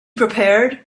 prepared